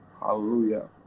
Hallelujah